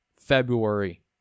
february